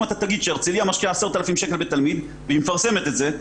אם אתה תגיד שהרצליה משקיעה 10,000 שקל בתלמיד והיא מפרסמת את זה,